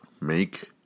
make